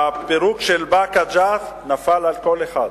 והפירוק של באקה ג'ת נפל על קול אחד,